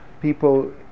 people